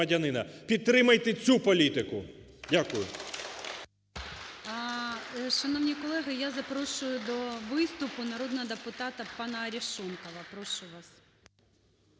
Підтримайте цю політику. Дякую.